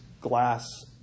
glass